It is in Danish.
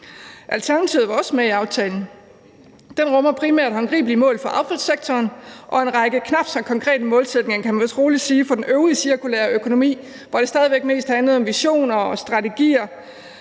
Alternativet var også med i aftalen. Den rummer primært håndgribelige mål for affaldssektoren og en række knap så konkrete målsætninger, kan man vist roligt sige, for den øvrige cirkulære økonomi, hvor det stadig væk mest handlede om visioner og strategier,